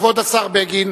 כבוד השר בגין